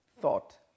thought